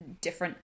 different